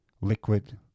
liquid